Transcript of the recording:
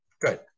good